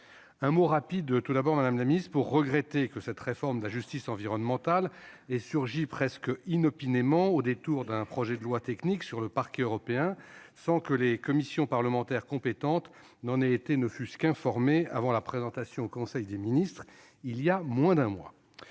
madame la ministre, que cette réforme de la justice environnementale ait surgi presque inopinément, au détour d'un projet de loi technique relatif au Parquet européen, sans que les commissions parlementaires compétentes n'en aient été ne fût-ce qu'informées avant la présentation du texte en conseil des ministres, voilà moins d'un mois.